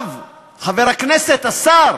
הרב, חבר הכנסת, השר